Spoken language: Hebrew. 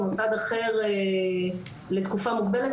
במוסד אחר לתקופה מוגבלת.